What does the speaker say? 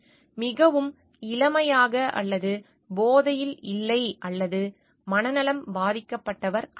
மிகவும் இளமையாக அல்லது போதையில் இல்லை அல்லது மனநலம் பாதிக்கப்பட்டவர் அல்ல